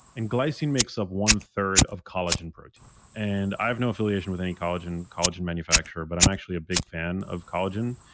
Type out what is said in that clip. and glycine makes up one third of collagen protein. and i have no affiliation with any collagen collagen manufacturer, but i'm actually a big fan of collagen,